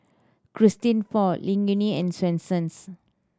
Christian Paul Laneige and Swensens